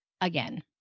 again